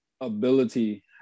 ability